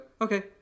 Okay